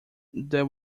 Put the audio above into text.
that